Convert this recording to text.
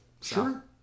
Sure